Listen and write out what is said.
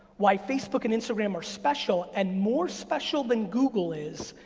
why facebook and instagram are special and more special then google is,